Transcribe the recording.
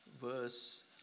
verse